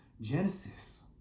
Genesis